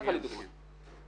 ככה, לדוגמה.